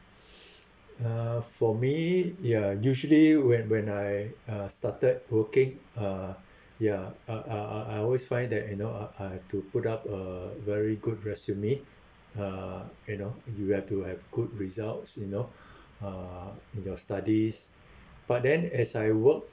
uh for me ya usually when when I uh started working uh ya uh uh uh uh I always find that you know uh I have to put up a very good resume uh you know you have to have good results you know uh in your studies but then as I work